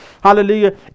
hallelujah